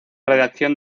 redacción